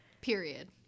Period